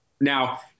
Now